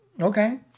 Okay